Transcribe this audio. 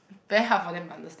very hard for them to unders~